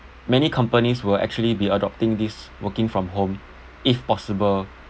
many companies will actually be adopting this working from home if possible